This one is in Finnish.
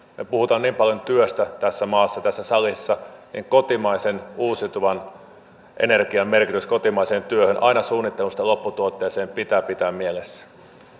me puhumme niin paljon työstä tässä maassa tässä salissa kotimaisen uusiutuvan energian merkitys kotimaiseen työhön aina suunnittelusta lopputuotteeseen pitää pitää mielessä